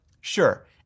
sure